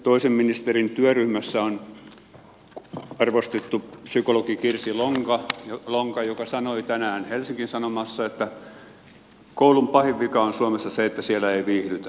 toisen ministerin työryhmässä on arvostettu psykologi kirsti lonka joka sanoi tänään helsingin sanomissa että koulun pahin vika on suomessa se että siellä ei viihdytä